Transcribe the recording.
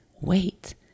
wait